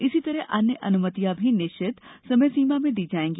इसी तरह अन्य अनुमतियां भी निश्चित समयसीमा में दी जायेंगी